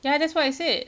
ya that's what I said